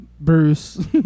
Bruce